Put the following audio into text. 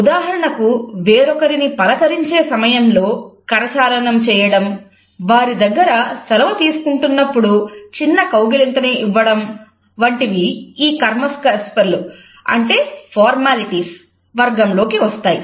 ఉదాహరణకు వేరొకరిని పలకరించే సమయంలో కరచాలనం చేయడం వారి దగ్గర సెలవు తీసుకుంటున్నప్పుడు చిన్న కౌగిలింతను ఇవ్వడం వంటివి ఈ కర్మ స్పర్శల వర్గం లోనికి వస్తాయి